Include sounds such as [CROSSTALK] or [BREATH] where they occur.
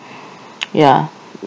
[BREATH] ya